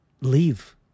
leave